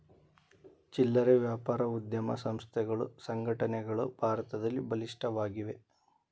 ಚಿಲ್ಲರೆ ವ್ಯಾಪಾರ ಉದ್ಯಮ ಸಂಸ್ಥೆಗಳು ಸಂಘಟನೆಗಳು ಭಾರತದಲ್ಲಿ ಬಲಿಷ್ಠವಾಗಿವೆ